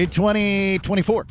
2024